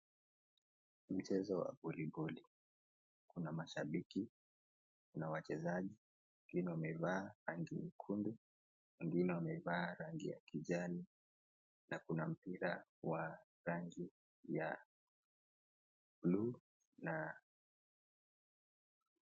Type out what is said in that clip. Mchezo wa voliboli. Kuna mashabiki na wachezaji. Wengine wamevaa rangi nyekundu, wengine wamevaa rangi ya kijani na kuna mpira wa rangi ya buluu.